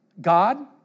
God